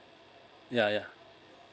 yeah yeah